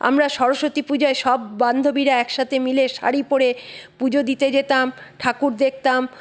আমরা সরস্বতী পুজোয় সব বান্ধবীরা একসাথে মিলে শাড়ি পরে পুজো দিতে যেতাম ঠাকুর দেখতাম